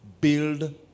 build